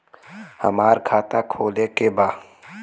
हमार खाता खोले के बा?